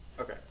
Okay